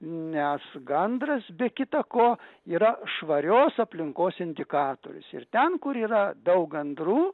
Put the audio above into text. nes gandras be kita ko yra švarios aplinkos indikatorius ir ten kur yra daug gandrų